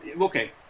okay